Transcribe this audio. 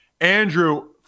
Andrew